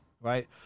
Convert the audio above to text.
right